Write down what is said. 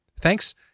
Thanks